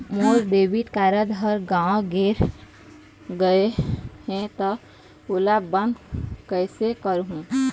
मोर debit card हर गंवा गैर गए हे त ओला बंद कइसे करहूं?